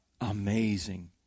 amazing